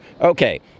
Okay